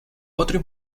otro